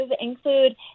include